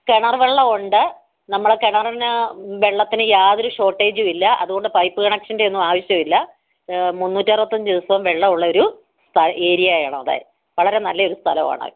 കിണർ വെള്ളമുണ്ട് നമ്മള് കിണറിന് വെള്ളത്തിന് യാതൊരു ഷോർട്ടേജ് ഇല്ല അതുകൊണ്ട് പൈപ്പ് കണക്ഷൻ്റെയൊന്നും ആവശ്യമില്ല മുന്നൂറ്ററുപത്തഞ്ച് ദിവസവും വെള്ളമുള്ളൊരു സ്ഥ ഏരിയ ആണവിടെ വളരെ നല്ലൊരു സ്ഥലവാണ്